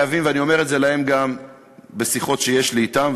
ואני אומר להם את זה גם בשיחות שיש לי אתם,